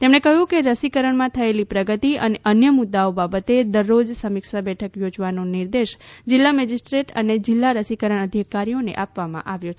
તેમણે કહ્યું કે રસીકરણમાં થયેલી પ્રગતિ અને અન્ય મુદ્દાઓ બાબતે દરરોજ સમીક્ષા બેઠક યોજવાનો નિર્દેશ જિલ્લા મજીસ્ટ્રેટ અને જિલ્લા રસીકરણ અધિકારીઓને આપવામાં આવ્યો છે